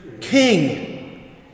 King